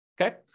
okay